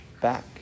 back